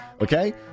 Okay